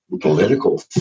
political